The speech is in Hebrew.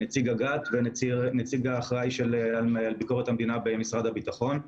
נציג אג"ת והנציג האחראי על ביקורת המדינה במשרד הביטחון.